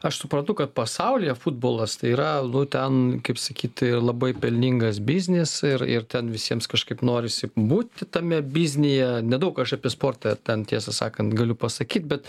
aš suprantu kad pasaulyje futbolas tai yra nu ten kaip sakyt labai pelningas biznis ir ir ten visiems kažkaip norisi būti tame biznyje nedaug aš apie sportą ten tiesą sakant galiu pasakyt bet